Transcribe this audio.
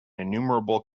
innumerable